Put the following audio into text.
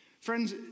Friends